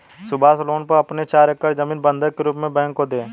Subhash loan लेने पर अपनी चार एकड़ जमीन बंधक के रूप में बैंक को दें